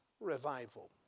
Revival